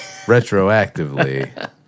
retroactively